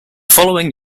following